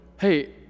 hey